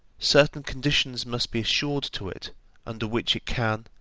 certain conditions must be assured to it under which it can,